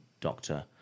doctor